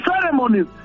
ceremonies